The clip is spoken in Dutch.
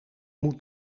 moet